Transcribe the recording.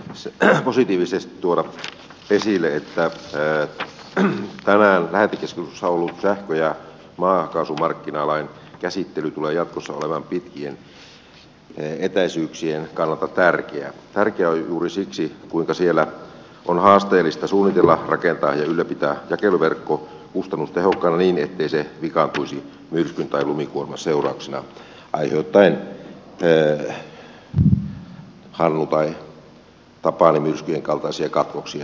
haluaisin positiivisesti tuoda esille että tänään lähetekeskustelussa olleen sähkö ja maakaasumarkkinalain käsittely tulee jatkossa olemaan pitkien etäisyyksien kannalta tärkeä tärkeä juuri siksi kuinka siellä on haasteellista suunnitella rakentaa ja ylläpitää jakeluverkko kustannustehokkaana niin ettei se vikaantuisi myrskyn tai lumikuorman seurauksena aiheuttaen hannu tai tapani myrskyjen kaltaisia katkoksia sähkönjakelussa